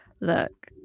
Look